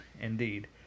indeed